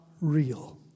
real